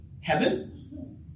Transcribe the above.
heaven